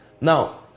Now